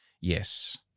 Yes